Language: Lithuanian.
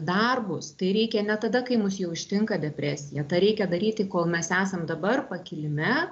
darbus tai reikia ne tada kai mus jau ištinka depresija tą reikia daryti kol mes esam dabar pakilime